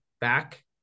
back